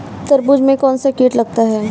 तरबूज में कौनसा कीट लगता है?